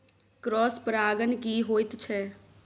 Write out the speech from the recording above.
Cross परागण की होयत छै?